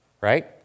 right